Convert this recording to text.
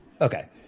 okay